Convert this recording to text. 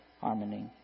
harmony